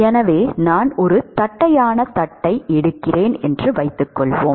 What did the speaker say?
எனவே நான் ஒரு தட்டையான தட்டு எடுக்கிறேன் என்று வைத்துக்கொள்வோம்